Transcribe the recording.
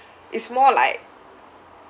it's more like